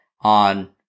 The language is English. on